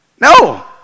no